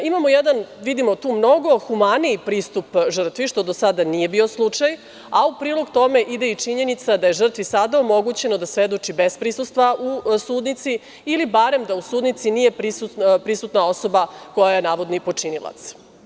Imamo jedan, vidimo tu, mnogo humaniji pristup žrtvi, što do sada nije bio slučaj, a u prilog tome ide i činjenica da je žrtvi sada omogućeno da svedoči bez prisustva u sudnici, ili barem da u sudnici nije prisutna osoba koja je navodni počinilac.